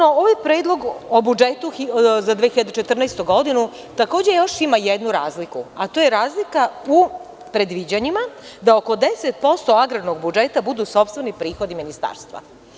Ovaj predlog o budžetu za 2014. godinu ima još jednu razliku, a to je razlika u predviđanjima, da oko 10% agrarnog budžeta budu sopstveni prihodi ministarstva.